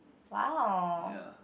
!wow!